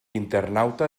internauta